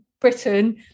Britain